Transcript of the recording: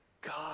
God